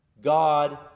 God